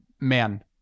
man